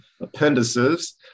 Appendices